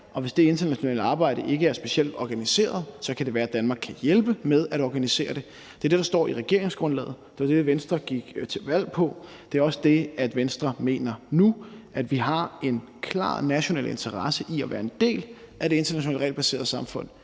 og hvis det internationale arbejde ikke er specielt organiseret, kan det være, at Danmark kan hjælpe med at organisere det. Det er det, der står i regeringsgrundlaget, det var det, Venstre gik til valg på, og det er også det, Venstre mener nu, altså at vi har en klar national interesse i at være en del af det internationale regelbaserede samfund,